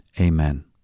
amen